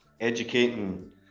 educating